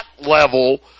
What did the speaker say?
level